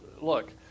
look